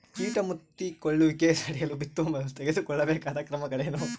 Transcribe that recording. ಕೇಟ ಮುತ್ತಿಕೊಳ್ಳುವಿಕೆ ತಡೆಯಲು ಬಿತ್ತುವ ಮೊದಲು ತೆಗೆದುಕೊಳ್ಳಬೇಕಾದ ಕ್ರಮಗಳೇನು?